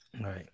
Right